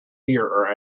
fear